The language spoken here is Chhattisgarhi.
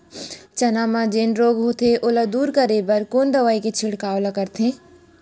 चना म जेन रोग होथे ओला दूर करे बर कोन दवई के छिड़काव ल करथे?